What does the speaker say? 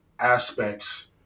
aspects